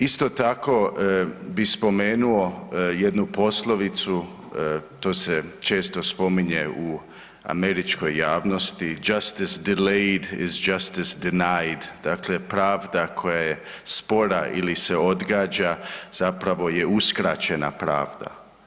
Isto tako bih spomenuo jednu poslovicu, to se često spominje u američkoj javnosti „Justice delayed is justice denied“ , dakle pravda koja je spora ili se odgađa zapravo je uskraćena pravda.